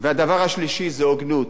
והדבר השלישי הוא הוגנות.